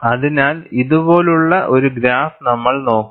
അതിനാൽ ഇതുപോലുള്ള ഒരു ഗ്രാഫ് നമ്മൾ നോക്കും